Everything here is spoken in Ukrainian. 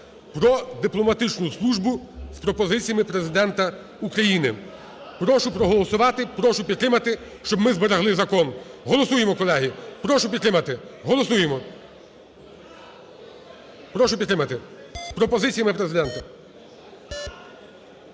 "Про дипломатичну службу" з пропозиціями Президента України. Прошу проголосувати, прошу підтримати, щоб ми зберегли закон. Голосуємо, колеги, прошу підтримати, голосуємо. Прошу підтримати, з пропозиціями Президента.